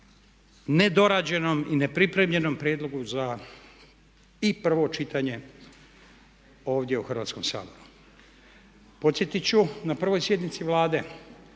nedorađenom i nepripremljenom prijedlogu za i prvo čitanje ovdje u Hrvatskom saboru. Podsjetit ću, na pravoj sjednici Vlade